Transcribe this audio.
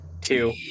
two